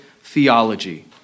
theology